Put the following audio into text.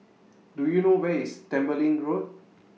Do YOU know Where IS Tembeling Road